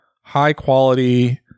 high-quality